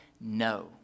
no